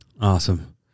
Awesome